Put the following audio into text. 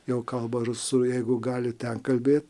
jau kalba rusų jeigu gali ten kalbėt